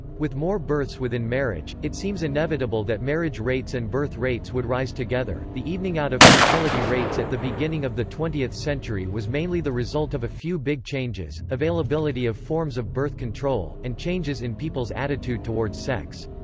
with more births within marriage, it seems inevitable that marriage rates and birth rates would rise together the evening out of fertility rates at the beginning of the twentieth century was mainly the result of a few big changes availability of forms of birth control, and changes in people's attitude towards sex.